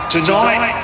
Tonight